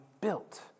built